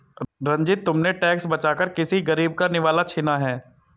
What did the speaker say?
रंजित, तुमने टैक्स बचाकर किसी गरीब का निवाला छीना है